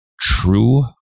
true